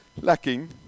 lacking